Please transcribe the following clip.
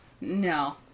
No